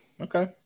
Okay